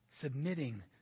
Submitting